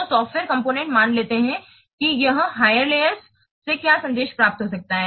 तो software component मान लेता है कि यहां हायर लेयर्स से क्या संदेश प्राप्त हो सकता है